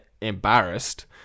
embarrassed